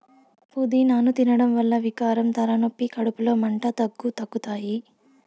పూదినను తినడం వల్ల వికారం, తలనొప్పి, కడుపులో మంట, దగ్గు తగ్గుతాయి